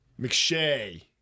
McShay